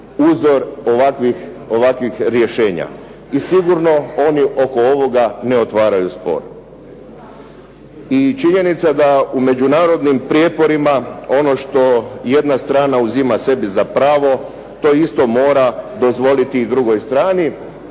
uzor ovakvih rješenja i sigurno oni oko ovoga ne otvaraju spor. I činjenica je da u međunarodnim prijeporima ono što jedna strana uzima sebi za pravo to isto mora dozvoliti i drugoj strani